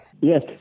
Yes